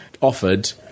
offered